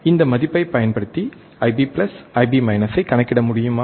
இந்த மதிப்பைப் பயன்படுத்திIB IB ஐக் கணக்கிட முடியுமா